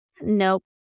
Nope